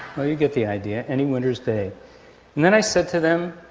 you get the idea. any winter's day. and then i said to them,